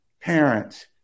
parents